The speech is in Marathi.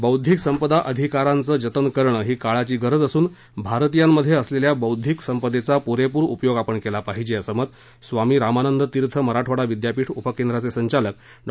बौध्दिक संपदा अधिकाराचं जतन करणं ही काळाची गरज असून भारतीयामध्ये असलेल्या बौध्दिक संपदेचा पूरेपूर उपयोग आपण केला पाहिजे असं मत स्वामी रामानंद तीर्थ मराठवाडा विद्यापीठ उपकेंद्राचे संचालक डॉ